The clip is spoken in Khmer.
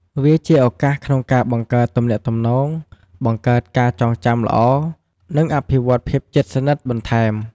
វាជាឱកាសក្នុងការបង្កើតទំនាក់ទំនង បង្កើតការចងចាំល្អ និងអភិវឌ្ឍភាពជិតស្និទ្ធបន្ថែម។